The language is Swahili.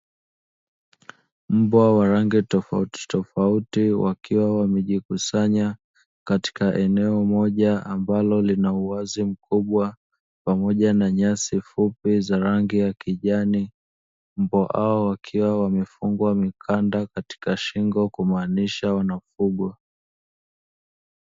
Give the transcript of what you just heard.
Mbwa wa rangi tofauti tofauti wakiwa wamejikusanya katika eneo moja ambalo lina uwazi mkubwa pamoja na nyasi fupi za rangi ya kijani. Mbwa hao wakiwa wamefungwa mikanda katika shingo kumaanisha wanafugwa.